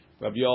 Rabbi